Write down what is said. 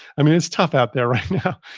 um it's tough out there right now.